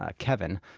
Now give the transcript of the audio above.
ah kevin,